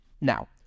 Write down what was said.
Now